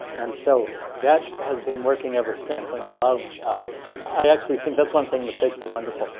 and so that has been working ever since. and i love i actually think that's why i'm saying mistakes are wonderful.